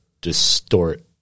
distort